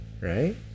right